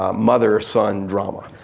ah mother, son drama.